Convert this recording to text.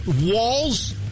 Wall's